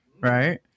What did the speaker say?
Right